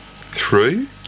Three